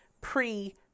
pre